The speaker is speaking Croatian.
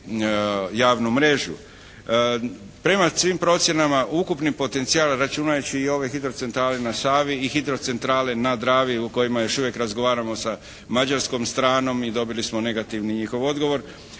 javnu mrežu. Prema svim procjenama ukupni potencijal računajući i ove hidrocentrale na Savi i hidrocentrali na Dravi o kojima još uvijek razgovaramo sa Mađarskom stranom i dobili smo negativni njihov odgovor